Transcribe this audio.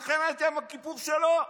מלחמת יום הכיפורים שלו.